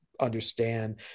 understand